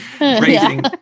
raising